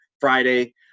Friday